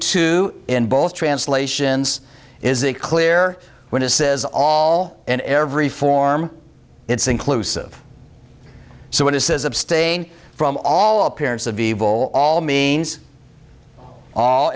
two in both translations is it clear when it says all in every form it's inclusive so what it says abstain from all appearance of evil all means all